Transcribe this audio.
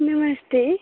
नमस्ते